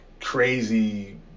crazy